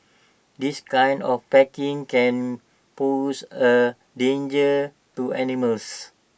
this kind of packing can pose A danger to animals